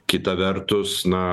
kita vertus na